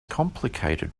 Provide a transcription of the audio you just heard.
complicated